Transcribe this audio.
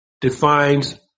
defines